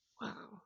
wow